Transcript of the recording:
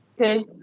Okay